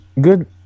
good